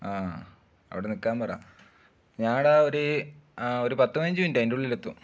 ആ അവിടെ നിൽക്കാൻ പറ ഞാൻ എടാ ഒരു ആ ഒരു പത്ത് പതിനഞ്ച് മിനിറ്റ് അതിൻ്റെ ഉള്ളിൽ എത്തും